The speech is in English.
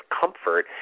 Comfort